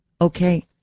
Okay